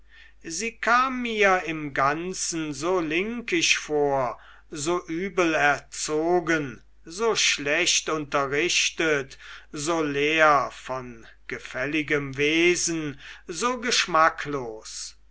sie kam mir im ganzen so linkisch vor so übel erzogen so schlecht unterrichtet so leer von gefälligem wesen so geschmacklos